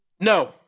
No